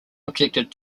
objected